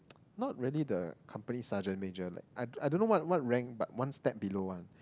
not really the company sergeant major like I I don't know what what rank but one step below one